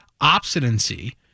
obstinacy